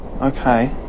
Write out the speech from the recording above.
Okay